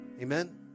Amen